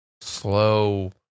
slow